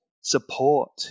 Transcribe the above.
support